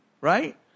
right